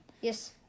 Yes